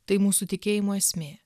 tai mūsų tikėjimo esmė